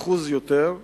ב-30% יותר,